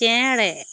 ᱪᱮᱬᱮ